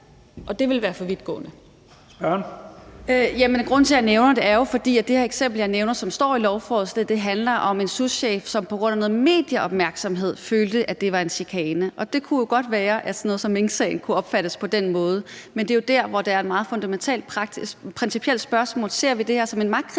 Theresa Scavenius (UFG): Grunden til, at jeg nævner det, er jo, at det her eksempel, jeg nævner, og som står i lovforslaget, handler om en souschef, som på grund af noget medieopmærksomhed følte, at det var en chikane. Det kunne jo godt være, at sådan noget som minksagen kunne opfattes på den måde, men det er jo der, hvor det er et meget fundamentalt spørgsmål. Ser vi det her som en magtkritik